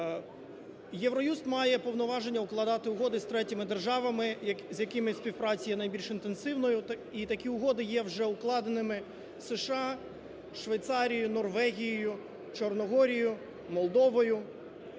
Євроюст має повноваження укладати угоди з третіми державами, з якими співпраця є найбільш інтенсивною. І такі угоди є вже укладеними з США, Швейцарією, Норвегією, Чорногорією, Молдовою.